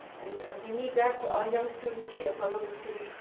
and we need that for our young students here for women students.